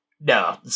no